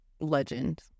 legend